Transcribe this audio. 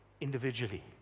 individually